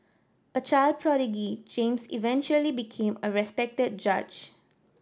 a child prodigy James eventually became a respected judge